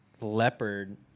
leopard